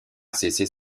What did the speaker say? cesser